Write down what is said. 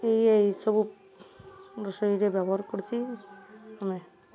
ଏହି ଏହିସବୁ ରୋଷେଇରେ ବ୍ୟବହାର କରୁଛି ଆମେ